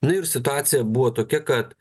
na ir situacija buvo tokia kad